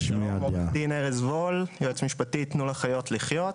עו"ד ארז וול, יועץ משפטי "תנו לחיות לחיות".